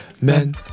men